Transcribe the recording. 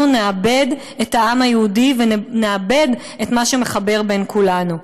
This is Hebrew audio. אנחנו נאבד את העם היהודי ונאבד את מה שמחבר בין כולנו.